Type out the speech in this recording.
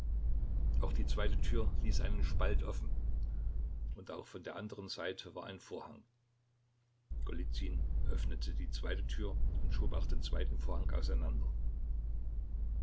auch die zweite tür ließ einen spalt offen und auch von der anderen seite war ein vorhang golizyn öffnete die zweite tür und schob auch den zweiten vorhang auseinander